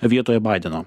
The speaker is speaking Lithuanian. vietoje baideno